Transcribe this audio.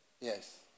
Yes